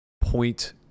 point